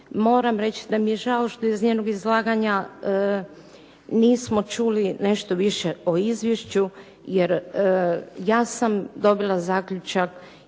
Moram reći da mi je žao što iz njenog izlaganja nismo čuli nešto više o izvješću jer ja sam dobila zaključak